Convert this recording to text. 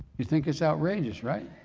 you'd think it outrageous right?